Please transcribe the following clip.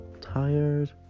tired